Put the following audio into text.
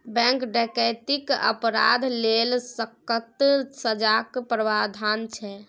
bank डकैतीक अपराध लेल सक्कत सजाक प्राबधान छै